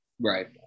Right